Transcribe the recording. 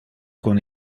con